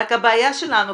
רק הבעיה שלנו,